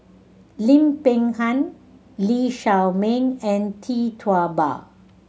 Lim Peng Han Lee Shao Meng and Tee Tua Ba